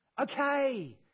Okay